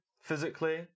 physically